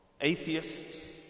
atheists